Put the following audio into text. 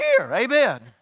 Amen